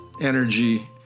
energy